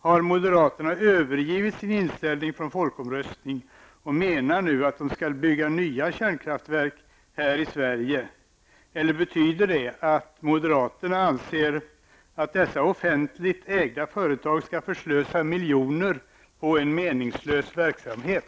Har moderaterna övergivit sin inställning från folkomröstningen och menar nu att det skall byggas nya kärnkraftverk här i Sverige, eller betyder det att moderaterna anser att dessa offentligt ägda företag skall förslösa miljoner på en meningslös verksamhet?